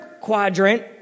quadrant